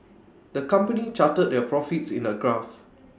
the company charted their profits in A graph